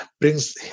brings